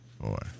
four